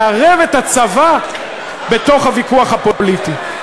לערב את הצבא בתוך הוויכוח הפוליטי.